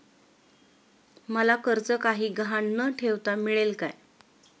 मला कर्ज काही गहाण न ठेवता मिळेल काय?